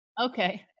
Okay